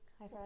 Hi